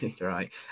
Right